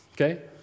okay